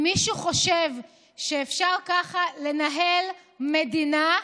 אם מישהו חושב שאפשר ככה לנהל מדינה,